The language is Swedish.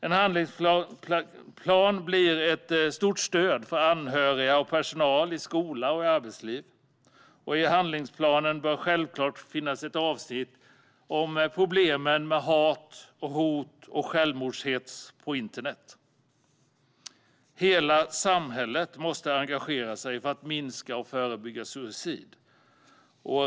En handlingsplan blir ett stort stöd för anhöriga och personal i skola och arbetsliv. I handlingsplanen bör självklart finnas ett avsnitt om problemet med hat, hot och självmordshets på internet. Hela samhället måste engagera sig för att minska och förebygga suicid.